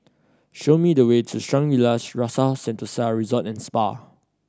show me the way to Shangri La's Rasa Sentosa Resort and Spa